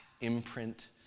imprint